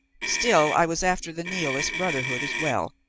still, i was after the nihilist brotherhood as well,